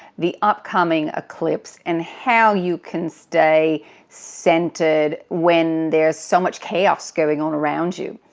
the upcoming eclipse, and how you can stay centered when there's so much chaos going on around you.